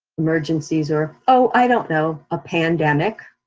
emergencies, or oh, i don't know, a pandemic,